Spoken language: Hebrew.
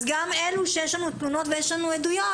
אז גם אלה שיש לנו תלונות ויש לנו עדויות,